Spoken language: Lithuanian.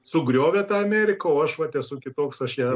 sugriovė tą ameriką o aš vat esu kitoks aš ją